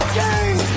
game